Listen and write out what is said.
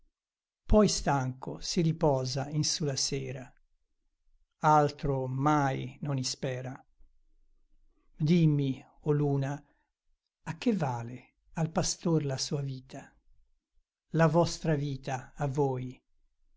poi stanco si riposa in su la sera altro mai non ispera dimmi o luna a che vale al pastor la sua vita la vostra vita a voi